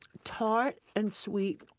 tart and sweet,